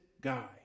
guy